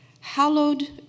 hallowed